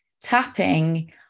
tapping